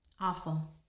Awful